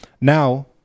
now